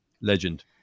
legend